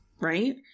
right